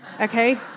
okay